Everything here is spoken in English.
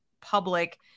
public